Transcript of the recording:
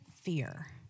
fear